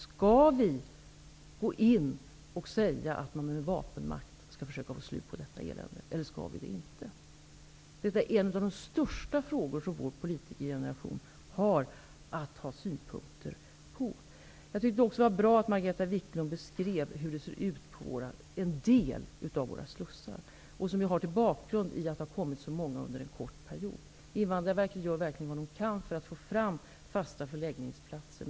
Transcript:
Skall vi gå in och säga att man med vapenmakt skall försöka få slut på detta elände, eller skall vi inte göra det? Detta är en av de största frågor som vår politikergeneration har att ha synpunkter på. Jag tyckte att det var bra att Margareta Viklund beskrev hur det ser ut på en del av våra slussar, vilket har sin bakgrund i att det har kommit så många under en kort period. Invandrarverket gör verkligen vad man kan för att få fram fasta förläggningsplatser.